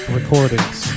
recordings